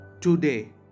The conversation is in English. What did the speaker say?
Today